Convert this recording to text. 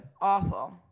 awful